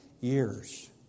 years